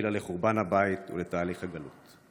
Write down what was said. שהובילה לחורבן הבית ולתהליך הגלות.